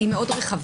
היא מאוד רחבה.